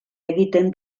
egiten